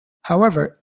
however